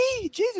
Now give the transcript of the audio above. Jesus